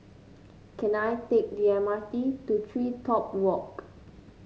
can I take the M R T to TreeTop Walk